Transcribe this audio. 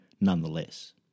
nonetheless